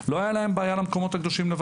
לא הייתה להם בעיה לבטח מקומות קדושים.